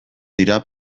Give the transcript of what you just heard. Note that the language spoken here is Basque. dira